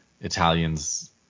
Italians